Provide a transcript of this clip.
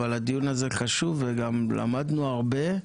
הדיון הזה חשוב וגם למדנו הרבה,